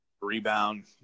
rebound